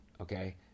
okay